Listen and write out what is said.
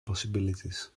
possibilities